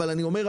אבל אני אומר,